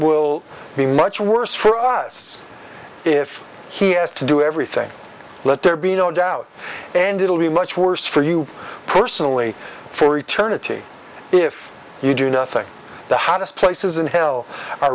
will be much worse for us if he has to do everything let there be no doubt and it'll be much worse for you personally for eternity if you do nothing the hottest places in hell